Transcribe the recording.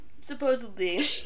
Supposedly